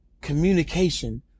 communication